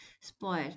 spoiled